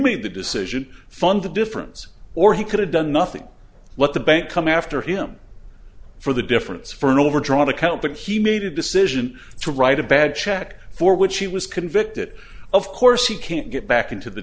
made the decision fund the difference or he could have done nothing let the bank come after him for the difference for an overdrawn account but he made a decision to write a bad check for which he was convicted of course he can't get back into the